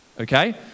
okay